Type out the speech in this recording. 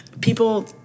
people